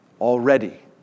Already